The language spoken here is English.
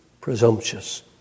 presumptuous